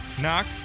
Knock